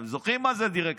אתם זוכרים מה זה הדירקטורים?